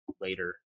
later